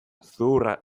zuhurra